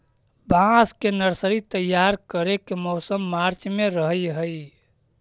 बांस के नर्सरी तैयार करे के मौसम मार्च में रहऽ हई